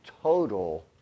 total